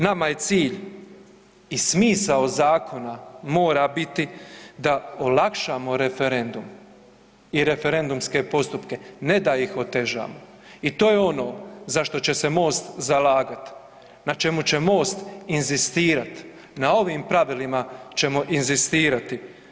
Nama je cilj i smisao zakona mora biti da olakšamo referendum i referendumske postupke, ne da ih otežamo i to je ono za što će se MOST zalagat, na čemu će MOST inzistirat, na ovim pravilima ćemo inzistirati.